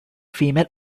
female